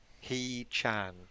He-Chan